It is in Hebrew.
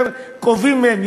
יותר קובעים מהם,